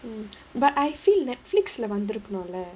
mm but I feel Netflix lah வந்துருக்குனுல:vanthurukkunula